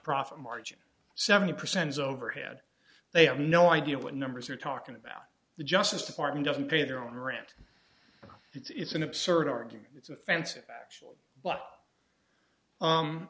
profit margin seventy percent is overhead they have no idea what numbers you're talking about the justice department doesn't pay their own rent it's an absurd argument it's offensive